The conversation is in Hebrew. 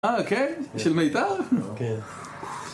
אה כן? של מיתר?